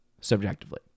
subjectively